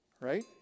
Right